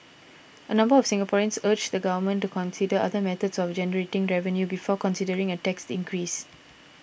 a number of Singaporeans urged the government to consider other methods of generating revenue before considering a tax increase